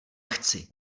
chci